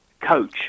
coach